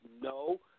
No